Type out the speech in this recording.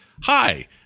Hi